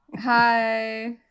Hi